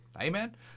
Amen